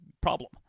problem